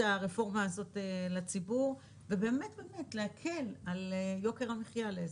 הרפורמה הזאת לציבור ובאמת באמת להקל על יוקר המחיה לאזרחים.